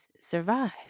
survive